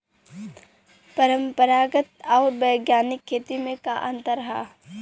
परंपरागत आऊर वैज्ञानिक खेती में का अंतर ह?